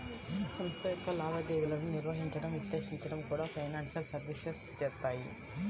సంస్థ యొక్క లావాదేవీలను నిర్వహించడం, విశ్లేషించడం కూడా ఫైనాన్షియల్ సర్వీసెస్ చేత్తాయి